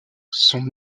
sont